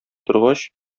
торгач